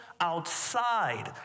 outside